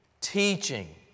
teaching